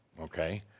okay